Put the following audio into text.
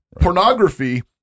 pornography